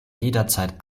jederzeit